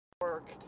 work